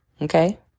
okay